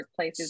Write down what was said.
Workplaces